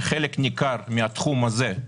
שחלק ניכר מהתחום הזה,